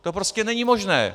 To prostě není možné.